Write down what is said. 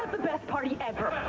best party ever.